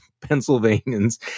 Pennsylvanians